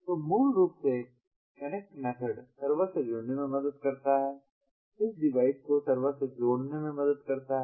तो मूल रूप से कनेक्ट मेथड सर्वर से जुड़ने में मदद करता है इस डिवाइस को सर्वर से जोड़ने में मदद करता है